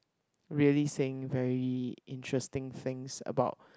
really saying very interesting things about